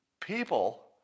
people